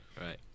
Right